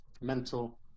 mental